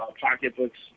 pocketbooks